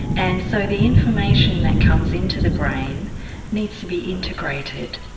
and so the information that comes into the brain needs to be integrated,